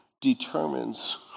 determines